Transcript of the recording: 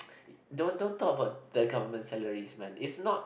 don't don't talk the government salaries man it's not